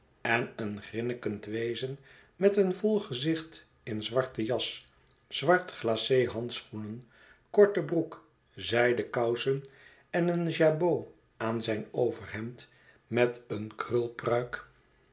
en een grinnikend wezen met een vol gezicht in zwarten jas zwart glace handschoenen korte broek zijden kousen en een jabot aan zijn overhemd met een